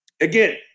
Again